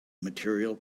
material